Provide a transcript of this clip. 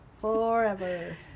forever